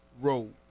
road